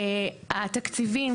התקציבים,